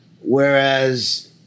Whereas